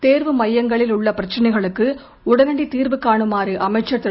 தேர்வு மையங்களில் உள்ள பிரச்னைகளுக்கு உடனடி தீர்வு கானுமாறு அமைச்சர் திரு